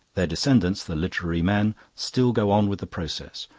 their descendants, the literary men, still go on with the process,